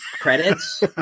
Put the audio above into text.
credits